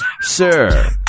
Sir